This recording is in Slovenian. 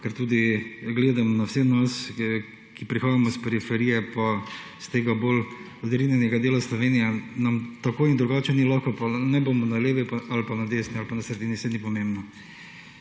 ker tudi, gledano na vse nas, ki prihajamo iz periferije, pa s tega bolj odrinjenega dela Slovenije, nam tako in drugače ni lahko, pa naj bomo na levi ali pa na desni ali pa na sredini, saj ni pomembno,